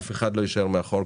אף אחד לא יישאר מאחור,